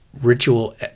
ritual